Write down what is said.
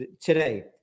today